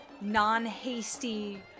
non-hasty